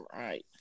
right